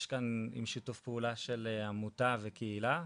יש כאן שיתוף פעולה של עמותה וקהילה,